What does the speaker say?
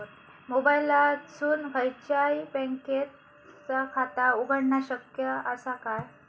मोबाईलातसून खयच्याई बँकेचा खाता उघडणा शक्य असा काय?